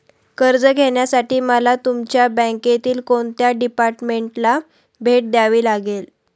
कर्ज घेण्यासाठी मला तुमच्या बँकेतील कोणत्या डिपार्टमेंटला भेट द्यावी लागेल?